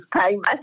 payment